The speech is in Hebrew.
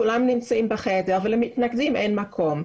כולם נמצאים בחדר ולמתנגדים אין מקום.